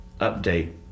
update